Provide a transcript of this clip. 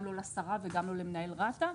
גם לא לשרה או למנהל רת"א,